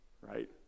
right